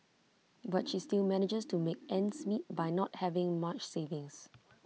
but she still manages to make ends meet by not having much savings